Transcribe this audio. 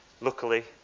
Luckily